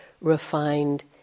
refined